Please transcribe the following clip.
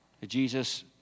Jesus